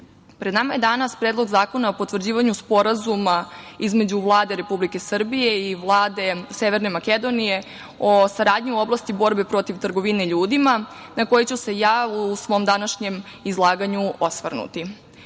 pred nama je danas Predlog zakona o potvrđivanju Sporazuma između Vlade Republike Srbije i Vlade Severne Makedonije o saradnji u oblasti borbe protiv trgovine ljudima, na koji ću se ja u svom današnjem izlaganju osvrnuti. Naime,